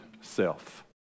self